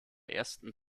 ersten